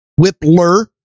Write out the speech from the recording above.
Whipler